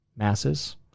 masses